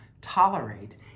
Tolerate